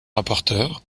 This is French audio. rapporteur